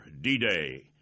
D-Day